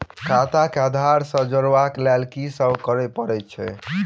खाता केँ आधार सँ जोड़ेबाक लेल की सब करै पड़तै अछि?